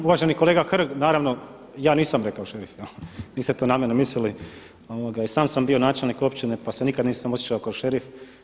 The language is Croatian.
Uvaženi kolega Hrg, naravno ja nisam rekao šerif, jel' niste to na mene mislili i sam sam bio načelnik općine, pa se nikada nisam osjećao kao šerif.